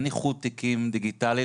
אין איחוד תיקים דיגיטלי,